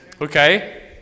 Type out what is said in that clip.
Okay